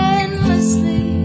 endlessly